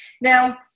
Now